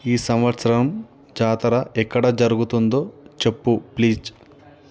ఈ సంవత్సరం జాతర ఎక్కడ జరుగుతుందో చెప్పు ప్లీజ్